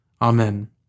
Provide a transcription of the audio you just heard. Amen